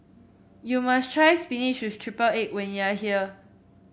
you must try spinach with triple egg when you are here